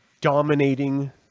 dominating